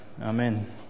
Amen